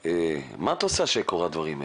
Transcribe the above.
מה את עושה כשקורים הדברים האלה?